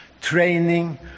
training